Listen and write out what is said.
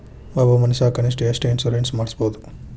ಒಬ್ಬ ಮನಷಾ ಕನಿಷ್ಠ ಎಷ್ಟ್ ಇನ್ಸುರೆನ್ಸ್ ಮಾಡ್ಸ್ಬೊದು?